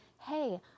hey